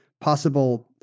possible